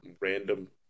Random